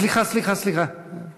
סליחה, סליחה, סליחה.